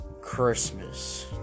Christmas